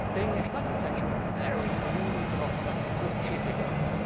danish, nineteenth century, very gloomy philosopher called kierkegaard.